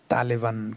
Taliban